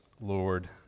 Lord